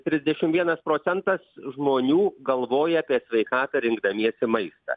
trisdešim vienas procentas žmonių galvoja apie sveikatą rinkdamiesi maistą